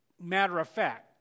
matter-of-fact